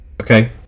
Okay